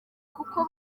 kuko